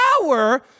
power